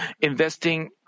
investing